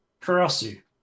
Karasu